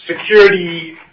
security